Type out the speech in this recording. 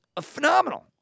phenomenal